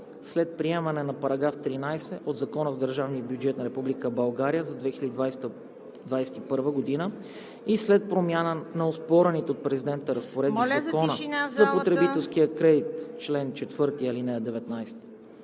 след приемането на § 13 от Закона за държавния бюджет на Република България за 2021 г. и след промяна на оспорените от президента разпоредби в Закона за потребителския кредит (чл. 4 и чл. 19).